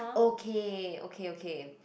okay okay okay